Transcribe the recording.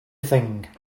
thing